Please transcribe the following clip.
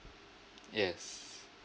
yes